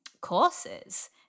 courses